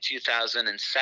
2007